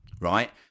right